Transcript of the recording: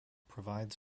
provides